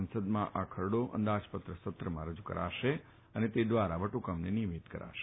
સંસદમાં આ ખરડો અંદાજપત્ર સત્રમાં રજૂ કરાશે અને તે દ્વારા વટફકમને નિયમિત કરાશે